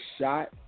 shot